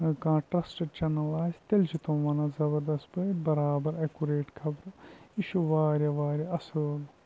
کانٛہہ trusted channel آسہِ تیٚلہِ چھِ تم وَنان زبردَس پٲٹھۍ برابر اٮ۪کُریٹ خبرٕ یہِ چھُ واریاہ واریاہ اَصۭل